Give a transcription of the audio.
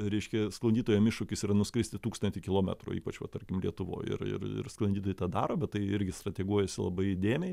reiškia sklandytojam iššūkis yra nuskristi tūkstantį kilometrų ypač va tarkim lietuvoje ir ir ir sklandytojai tą daro bet tai irgi strateguojasi labai įdėmiai